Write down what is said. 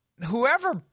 whoever